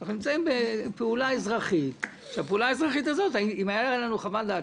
אנחנו נמצאים בפעולה האזרחית שאם הייתה לנו חוות דעת